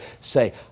say